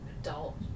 adult